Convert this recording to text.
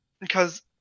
because-